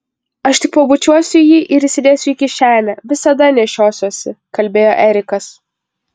aš tik pabučiuosiu jį ir įsidėsiu į kišenę visada nešiosiuosi kalbėjo erikas